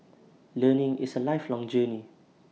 learning is A lifelong journey